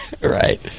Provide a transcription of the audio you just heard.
Right